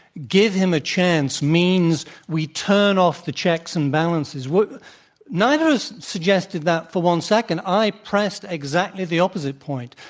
give him a chance, means we turn off the checks and balances what neither of us suggested that for one second. i pressed exactly the opposite point.